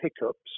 hiccups